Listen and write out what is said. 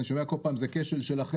אני שומע כל פעם זה כשל שלכם,